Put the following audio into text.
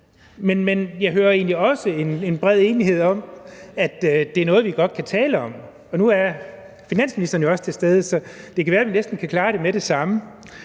Men jeg hører egentlig også en bred enighed om, at det er noget, vi godt kan tale om – og nu er finansministeren jo også til stede, så det kan være, at vi næsten kan klare det med det samme.